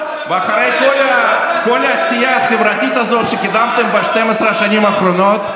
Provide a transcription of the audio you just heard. ואחרי כל העשייה החברתית הזאת שקידמתם ב-12 השנים האחרונות,